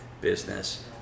business